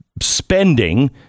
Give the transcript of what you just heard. spending